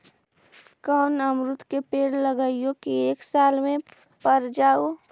कोन अमरुद के पेड़ लगइयै कि एक साल में पर जाएं?